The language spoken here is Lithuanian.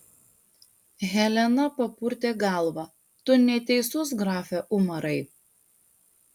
helena papurtė galvą tu neteisus grafe umarai